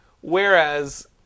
Whereas